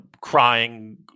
crying